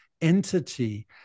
entity